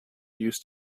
used